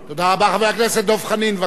חבר הכנסת דב חנין, בבקשה, אדוני.